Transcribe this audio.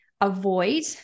avoid